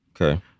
Okay